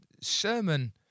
sermon